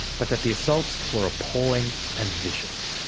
but that the assaults were appalling and vicious.